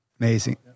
Amazing